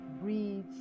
breeds